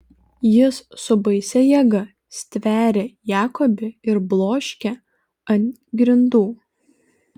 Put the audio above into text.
jis su baisia jėga stveria jakobį ir bloškia ant grindų